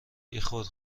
بیخود